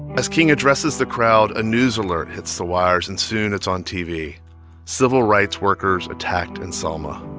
as king addresses the crowd, a news alert hits the wires, and soon, it's on tv civil rights workers attacked in selma.